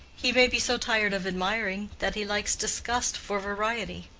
he may be so tired of admiring that he likes disgust for variety.